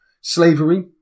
Slavery